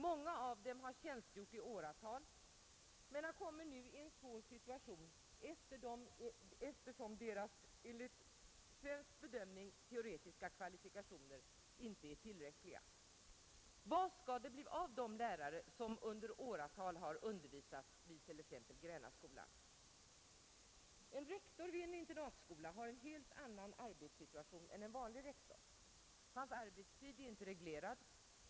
Många av dem har tjänstgjort i åratal, men de kommer nu i en svår situation, eftersom deras teoretiska kvalifikationer enligt svensk bedömning inte är tillräckliga. Vad skall det bli av de lärare som under åratal har undervisat vid t.ex. Grännaskolan? En rektor vid en internatskola har en helt annan arbetssituation än en vanlig rektor. Hans arbetstid är inte reglerad.